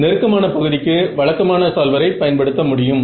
நெருக்கமான பகுதிக்கு வழக்கமான சால்வரை பயன்படுத்த முடியும்